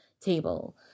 table